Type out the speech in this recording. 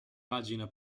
pagina